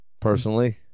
personally